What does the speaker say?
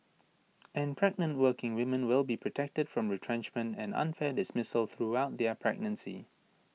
and pregnant working women will be protected from retrenchment and unfair dismissal throughout their pregnancy